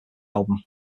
album